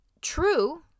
true